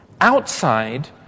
Outside